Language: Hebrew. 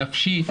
נפשית,